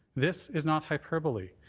this is not hyperbole.